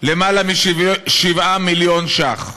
למעלה מ-7 מיליון ש"ח.